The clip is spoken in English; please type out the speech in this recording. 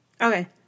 Okay